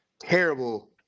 terrible